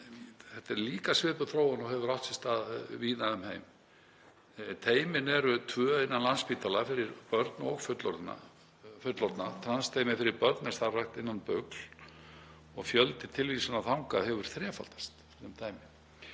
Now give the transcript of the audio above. Þetta er líka svipuð þróun og hefur átt sér stað víða um heim. Teymin eru tvö innan Landspítala, fyrir börn og fullorðna. Transteymið fyrir börn er starfrækt innan BUGL og fjöldi tilvísana þangað hefur þrefaldast